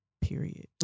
Period